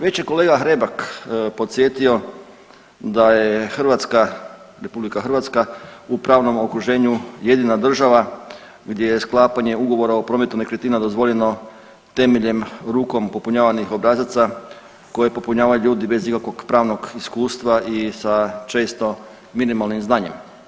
Već je kolega Hrebak podsjetio da je Hrvatska, Republika Hrvatska u pravnom okruženju jedina država gdje je sklapanje ugovora o prometu nekretnina dozvoljeno temeljem rukom popunjavanih obrazaca koje popunjavaju ljudi bez ikakvog pravnog iskustva i sa često minimalnim znanjem.